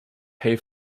pay